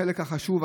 בחלק החשוב.